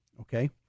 okay